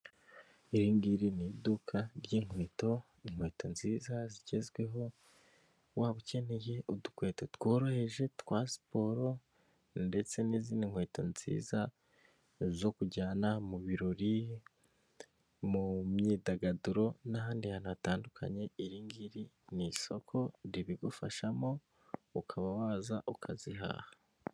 Ringiri ni iduka ry'inkweto. Inkweto nziza zigezweho, waba ukeneye udukweto tworoheje twa siporo, ndetse n'izindi nkweto nziza zo kujyana mu birori, mu myidagaduro, n'ahandi hantu hatandukanye. Iri ngiri ni isoko ribigufashamo ukaba waza ukazihaha.